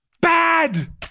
Bad